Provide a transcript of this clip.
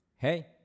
Hey